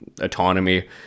autonomy